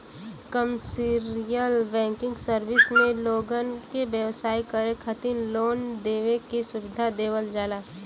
commercial banking service में लोगन के व्यवसाय करे खातिर लोन देवे के सुविधा देवल जाला